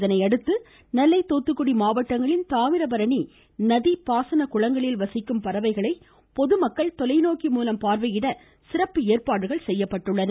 இதனையடுத்து நெல்லை தூத்துக்குடி மாவட்டங்களில் தாமிரபரணி நதி பாசன குளங்களில் வசிக்கும் பறவைகளை பொதுமக்கள் தொலைநோக்கி மூலம் பார்வையிட சிறப்பு ஏற்பாடுகள் செய்யப்பட்டுள்ளது